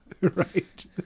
Right